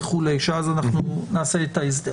שאז אנחנו נעשה את ההסדר.